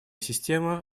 система